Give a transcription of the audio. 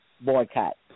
boycott